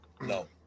No